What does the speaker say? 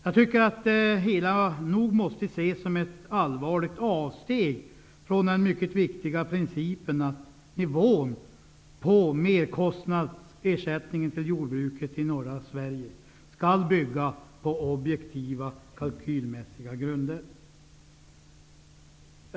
Det hela måste nog ses som ett allvarligt avsteg från den mycket viktiga principen att nivån på merkostnadsersättningen till jordbruket i norra Sverige skall vila på objektiva kalkylmässiga grunder.